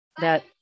that-